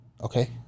Okay